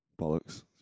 Bollocks